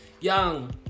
young